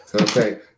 Okay